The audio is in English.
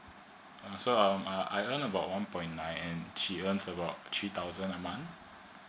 uh so um I earn about one point nine and she earns about three thousand a month